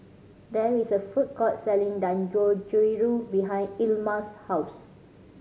there is a food court selling Dangojiru behind Ilma's house